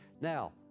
Now